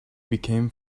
became